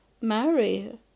marry